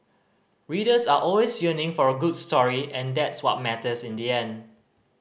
readers are always yearning for a good story and that's what matters in the end